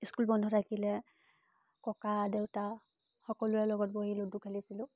school বন্ধ থাকিলে ককা দেউতা সকলোৰে লগত বহি লুডু খেলিছিলোঁ